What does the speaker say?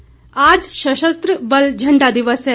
झण्डा दिवस आज सशस्त्र बल झंडा दिवस है